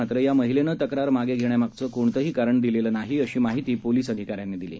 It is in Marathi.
मात्र या महिलेनं तक्रार मागे घेण्यामागचं कोणतंही कारण दिलेलं नाही अशी माहिती पोलीस अधिकाऱ्यांनी दिली